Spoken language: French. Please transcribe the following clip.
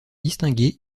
distingués